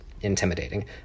intimidating